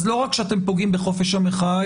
אז לא רק שאתם פוגעים בחופש המחאה,